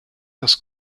das